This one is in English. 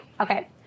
Okay